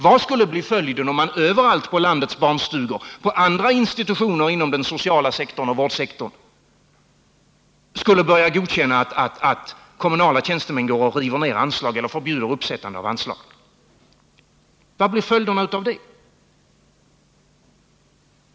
Vad skulle bli följden, om man överallt på landets barnstugor och på andra institutioner inom den sociala sektorn och vårdsektorn skulle börja godkänna att kommunala tjänstemän river ner anslag eller förbjuder uppsättande av anslag? Vilka följder får det?